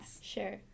sure